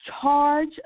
Charge